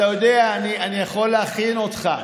יודע, אני יכול להכין אותך,